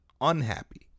unhappy